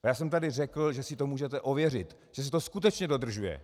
Já jsem tady řekl, že si to můžete ověřit, že se to skutečně dodržuje.